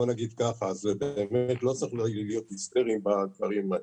אז לא צריכים להיות היסטריים בדברים האלה.